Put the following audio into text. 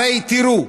הרי תראו,